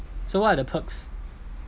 so what are the perks